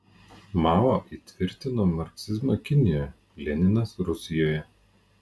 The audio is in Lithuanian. mao įtvirtino marksizmą kinijoje leninas rusijoje